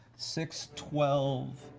six, twelve,